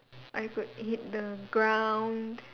I could hit the ground